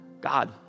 God